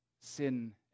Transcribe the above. sin